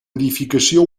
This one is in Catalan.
edificació